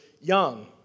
young